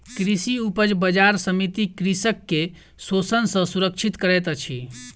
कृषि उपज बजार समिति कृषक के शोषण सॅ सुरक्षित करैत अछि